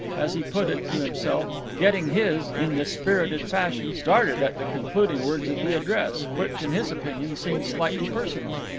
as he put it to himself, getting his in this spirited fashion, started at the concluding words of the address, which, in his opinion, seemed slightly personal.